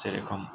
जेरोखोम